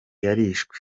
yarishwe